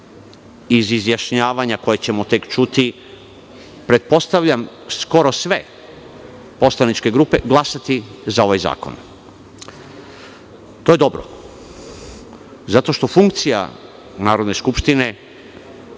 iz izjašnjavanja koja ćemo tek čuti, pretpostavljam skoro sve poslaničke grupe glasati za ovaj zakon. To je dobro zato što funkcija Narodne skupštine